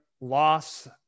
loss